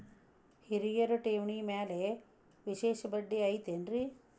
ಹಿರಿಯರ ಠೇವಣಿ ಮ್ಯಾಲೆ ವಿಶೇಷ ಬಡ್ಡಿ ಐತೇನ್ರಿ?